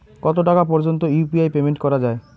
কত টাকা পর্যন্ত ইউ.পি.আই পেমেন্ট করা যায়?